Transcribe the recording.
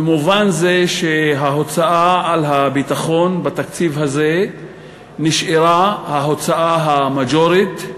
במובן זה שההוצאה על הביטחון בתקציב הזה נשארה ההוצאה המז'ורית.